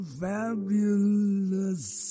fabulous